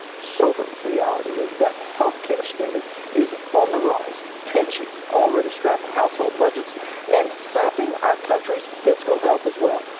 sober reality is that health care spending is on the rise, pinching already-strapped household budgets and sapping our country's fiscal health as well,